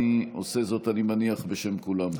אני עושה זאת, אני מניח, בשם כולם כאן.